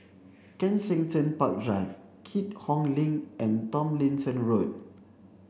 Kensington Park Drive Keat Hong Link and Tomlinson Road